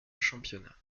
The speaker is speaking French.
championnat